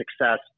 success